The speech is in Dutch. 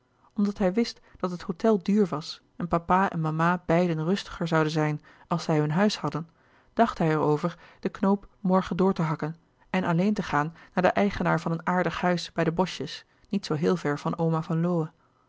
hij wist dat het hôtel duur was en papa en mama beiden rustiger zouden zijn als zij hun huis hadden dacht hij er over den knoop morgen door te hakken en alleen te gaan naar den eigenaar van een aardig huis bij de boschjes niet zoo heel ver van oma van lowe